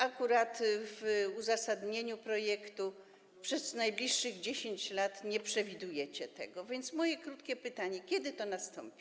Akurat w uzasadnieniu projektu przez najbliższych 10 lat nie przewidujecie tego, stąd moje krótkie pytanie: Kiedy to nastąpi?